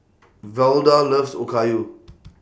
Velda loves Okayu